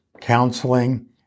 counseling